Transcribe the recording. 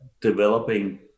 developing